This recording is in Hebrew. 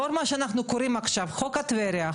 לאור מה שאנחנו קוראים עכשיו חוק טבריה,